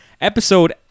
Episode